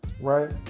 right